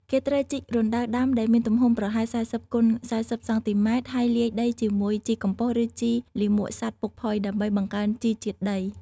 គេត្រូវជីក រណ្តៅដាំ ដែលមានទំហំប្រហែល ៤០គុណ៤០ សង់ទីម៉ែត្រ ហើយលាយដីជាមួយ ជីកំប៉ុស្ត ឬជីលាមកសត្វពុកផុយ ដើម្បីបង្កើនជីជាតិដី។